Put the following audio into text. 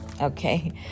Okay